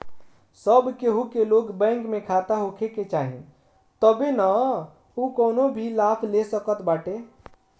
सब केहू के लगे बैंक में खाता होखे के चाही तबे नअ उ कवनो भी लाभ ले सकत बाटे